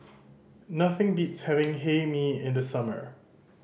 nothing beats having Hae Mee in the summer